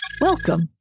Welcome